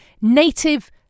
Native